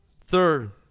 Third